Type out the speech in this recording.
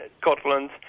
Scotland